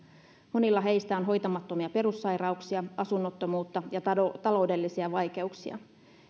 monilla heistä on hoitamattomia perussairauksia asunnottomuutta ja taloudellisia vaikeuksia